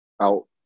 out